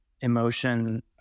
emotion